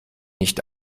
nicht